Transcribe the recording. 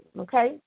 Okay